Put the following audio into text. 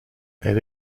elle